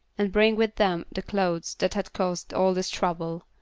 and bring with them the clothes that had caused all this trouble.